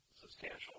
substantial